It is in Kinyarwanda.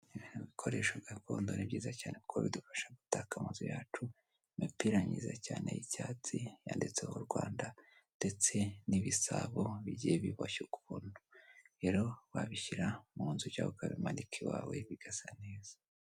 Ibikoresho gakondo ni byiza cyane kuko bidufasha gutaka amazu yacu, imipira myiza cyane y'icyatsi yanditseho Rwanda ndetse n'ibisabo bijyiye biboshye ukuntu, rero wabishyira mu nzu cyangwa ukabimanika iwawe bigasa neza.